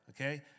Okay